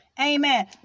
Amen